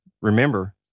Remember